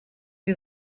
die